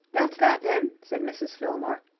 that's that, then, said mrs. fillmore.